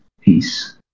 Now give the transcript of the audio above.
Peace